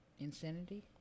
Insanity